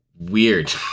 weird